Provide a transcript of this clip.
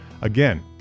Again